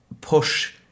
push